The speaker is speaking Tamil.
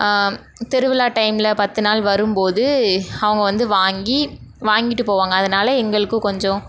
திருவிழா டைமில் பத்துநாள் வரும்போது அவங்க வந்து வாங்கி வாங்கிட்டு போவாங்க அதனாலே எங்களுக்கு கொஞ்சம்